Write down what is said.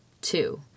Two